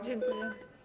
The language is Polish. Dziękuję.